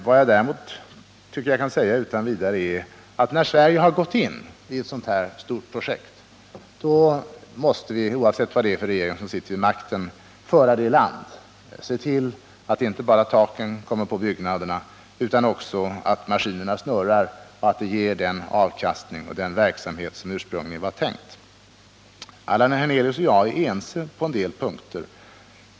Vad jag däremot tycker att jag utan vidare kan säga är att när Sverige har gått in i ett så här stort projekt måste vi — oavsett vilken regering som sitter vid makten — föra det i land, se till att inte bara taken kommer på byggnaderna utan också att maskinerna snurrar och att projektet ger den avkastning och den verksamhet som ursprungligen var avsett. Allan Hernelius och jag är ense på en del punkter.